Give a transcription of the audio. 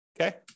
okay